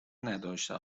نداشته